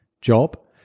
job